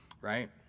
right